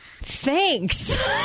Thanks